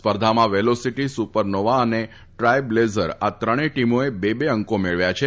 સ્પર્ધામાં velocity supernova તથા trailblazer આ ત્રણેય ટીમોએ બે બે અંકો મેળવ્યા છે